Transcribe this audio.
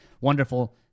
wonderful